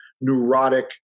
neurotic